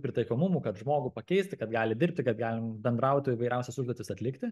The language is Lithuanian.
pritaikomumų kad žmogų pakeisti kad gali dirbti kad galim bendrauti įvairiausias užduotis atlikti